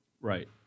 Right